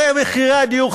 הרי מחירי הדיור,